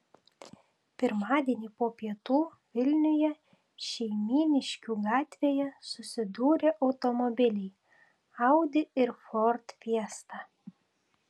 pirmadienį po pietų vilniuje šeimyniškių gatvėje susidūrė automobiliai audi ir ford fiesta